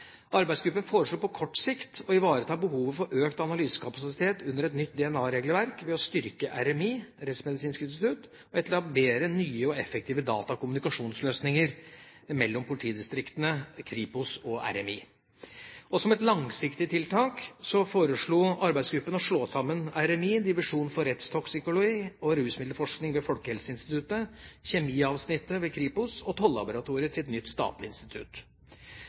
Arbeidsgruppen foreslo på kort sikt å ivareta behovet for økt analysekapasitet under et nytt DNA-regelverk ved å styrke RMI, Rettsmedisinsk institutt, og etablere nye og effektive datakommunikasjonsløsninger mellom politidistriktene, Kripos og RMI. Som et langsiktig tiltak foreslo arbeidsgruppen å slå sammen RMI, Divisjon for rettstoksikologi og rusmiddelforskning ved Folkehelseinstituttet, Kjemiavsnittet ved Kripos og Tollaboratoriet til et nytt statlig institutt.